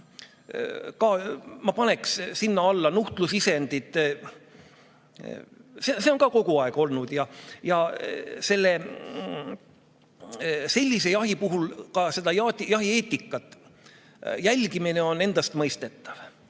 Ma paneksin sinna alla ka nuhtlusisendid. See on ka kogu aeg olnud. Sellise jahi puhul on ka jahieetika järgimine endastmõistetav.